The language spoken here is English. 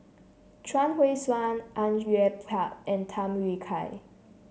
Chuang Hui Tsuan Au Yue Pak and Tham Yui Kai